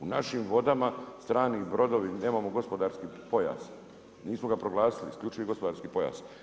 U našim vodama, strani brodovi nemamo gospodarski pojas, nismo ga proglasili, isključivi gospodarski pojas.